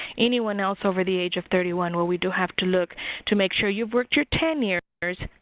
anyone else over the age of thirty one, well we do have to look to make sure you've worked your ten years,